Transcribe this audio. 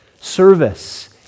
service